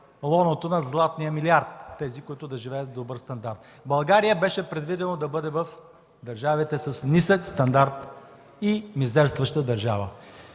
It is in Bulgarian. лоното на „златния милиард” – тези, които да живеят с добър стандарт. България беше предвидено да бъде в държавите с нисък стандарт и мизерстваща държава.